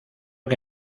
que